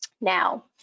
now